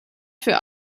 für